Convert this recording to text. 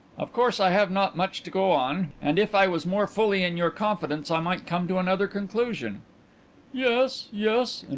of course i have not much to go on, and if i was more fully in your confidence i might come to another conclusion yes, yes,